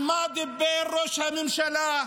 על מה דיבר ראש הממשלה?